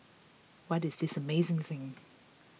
what is this amazing thing